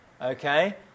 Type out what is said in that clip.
okay